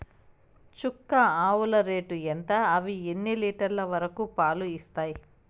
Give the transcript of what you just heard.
చుక్క ఆవుల రేటు ఎంత? అవి ఎన్ని లీటర్లు వరకు పాలు ఇస్తాయి?